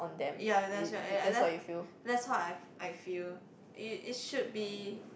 ya that's right ya ya that that's how I I feel it it should be